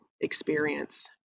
experience